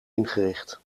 ingericht